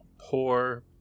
Poor